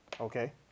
okay